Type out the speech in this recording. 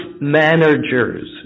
managers